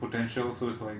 potential so it's like